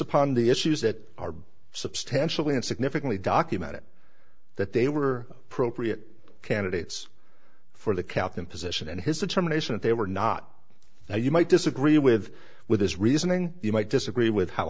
upon the issues that are substantially and significantly documented that they were appropriate candidates for the captain position and his determination if they were not now you might disagree with with his reasoning you might disagree with how